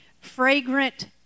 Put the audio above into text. fragrant